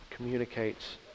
communicates